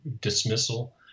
dismissal